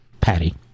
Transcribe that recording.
Patty